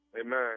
Amen